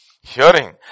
hearing